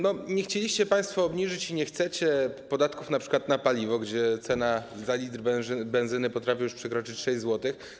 Nie chcieliście państwo obniżyć - i nie chcecie - podatków np. na paliwo, gdy cena za litr benzyny potrafi już przekroczyć 6 zł.